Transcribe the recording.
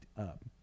up